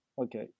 Okay